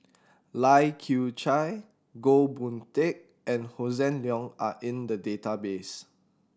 Lai Kew Chai Goh Boon Teck and Hossan Leong are in the database